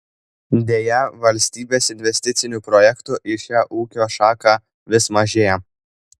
deja valstybės investicinių projektų į šią ūkio šaką vis mažėja